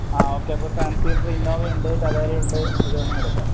ആ ഓക്കെയപ്പം seven seater ഇന്നോവയുണ്ട് ടവേരയുണ്ട് ഏത് വേണമെങ്കിലുമെടുക്കാം